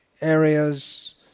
areas